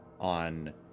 on